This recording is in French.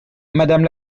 madame